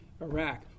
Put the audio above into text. Iraq